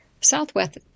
Southwest